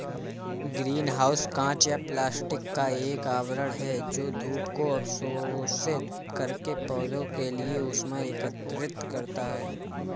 green house कांच या plastic का एक आवरण है जो धूप को अवशोषित करके पौधों के लिए ऊष्मा एकत्रित करता है